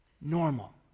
normal